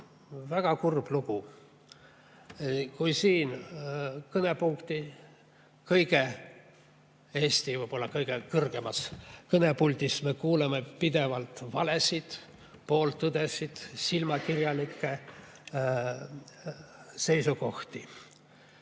väga kurb lugu, kui siin Eesti võib-olla kõige kõrgemas kõnepuldis me kuuleme pidevalt valesid, pooltõdesid, silmakirjalikke seisukohti.